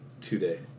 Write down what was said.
today